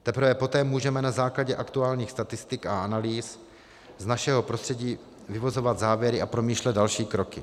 Teprve poté můžeme na základě aktuálních statistik a analýz z našeho prostředí vyvozovat závěry a promýšlet další kroky.